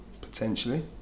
potentially